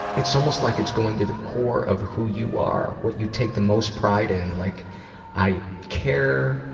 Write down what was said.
it's almost like it's going to the core of who you are, what you take the most pride in, like i care,